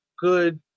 good